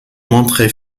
montré